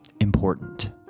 important